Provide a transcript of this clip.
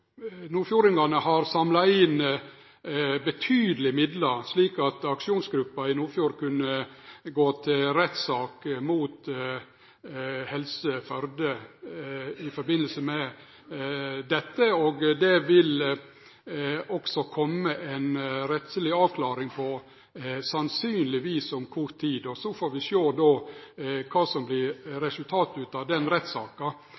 Nordfjord kunne gå til sak mot Helse Førde i samband med dette. Det vil kome ei rettsleg avklaring, sannsynlegvis om kort tid, og da får vi sjå kva som